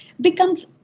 becomes